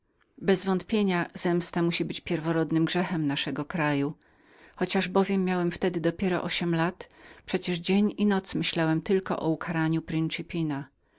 człowieka bezwątpienia zemsta musi być pierworodnym grzechem naszego kraju chociaż bowiem miałem wtedy dopiero ośm lat przecież dzień i noc myślałem tylko o ukaraniu